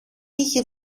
είχε